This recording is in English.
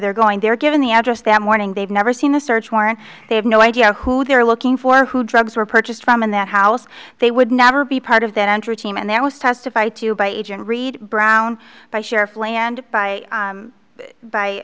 they're going they're given the address that morning they've never seen a search warrant they have no idea who they're looking for who drugs were purchased from in that house they would never be part of that entry team and there was testified to by agent read brown by sheriff land by